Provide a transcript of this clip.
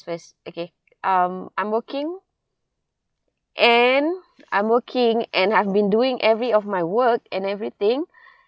first okay um I'm working and I'm working and have been doing every of my work and everything